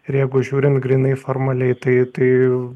ir jeigu žiūrint grynai formaliai tai tai